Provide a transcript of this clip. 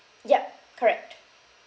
yup correct